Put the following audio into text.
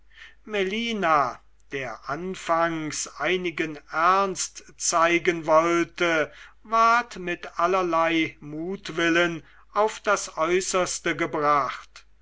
melina der anfangs einigen ernst zeigen wollte ward mit allerlei mutwillen auf das äußerste gebracht